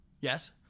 yes